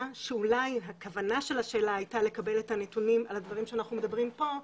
שאולי הכוונה של השאלה הייתה לקבל את הנתונים על הדברים שאנחנו מדברים פה,